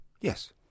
Yes